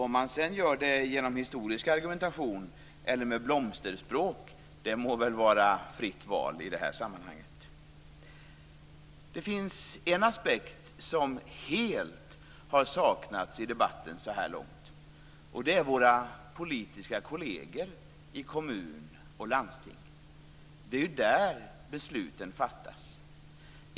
Om man sedan gör det genom historisk argumentation eller med blomsterspråk må vara fritt val i det här sammanhanget. Det finns en aspekt som helt har saknats i debatten så här långt, och det är våra politiska kolleger i kommun och landsting. Det är ju där besluten fattas.